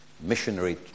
Missionary